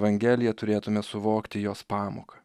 evangeliją turėtume suvokti jos pamoką